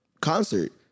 concert